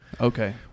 Okay